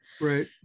Right